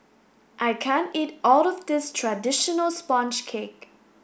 I can't eat all of this traditional sponge cake